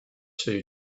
two